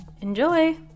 enjoy